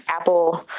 Apple